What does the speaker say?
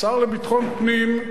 השר לביטחון פנים,